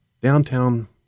downtown